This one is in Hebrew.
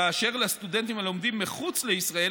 אשר לסטודנטים הלומדים מחוץ לישראל,